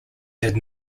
did